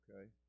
Okay